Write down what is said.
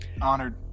Honored